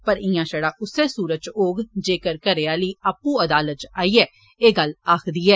पर इयां शड़ा उस्सै सूरता च होग जेक्कर घरै आली आपू अदालतै च आईयें एह् गल्ल आखदी ऐ